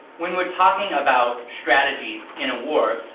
when we are talking about strategies in a war,